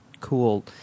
cool